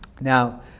Now